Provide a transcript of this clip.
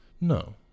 No